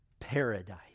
paradise